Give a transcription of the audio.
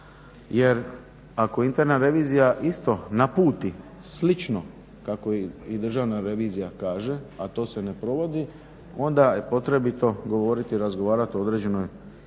Jer ako interna revizija isto naputi slično kako i Državna revizija kaže, a to se ne provodi onda je potrebito govoriti i razgovarati o određenoj